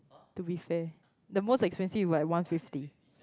to be fair the most expensive like one fifty